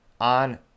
on